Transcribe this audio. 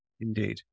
Indeed